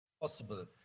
possible